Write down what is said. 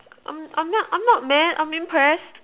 I'm not I'm not I'm not mad I'm impressed